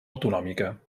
autonòmica